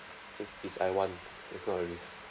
it's it's I want it's not a risk